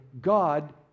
God